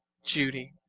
judy